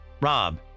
Rob